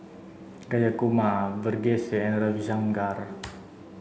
Jayakumar Verghese and Ravi Shankar